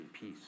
peace